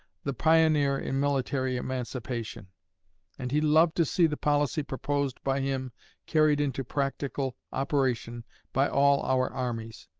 the pioneer in military emancipation and he lived to see the policy proposed by him carried into practical operation by all our armies.